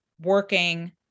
working